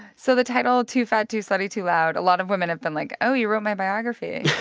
so the title, too fat, too slutty, too loud, a lot of women have been like, oh, you wrote my biography